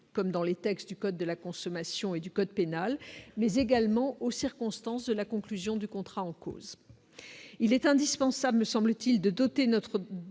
comme dans les textes du code de la consommation et du code pénal, mais également aux circonstances de la conclusion du contrat en cause, il est indispensable, me semble-t-il, doter notre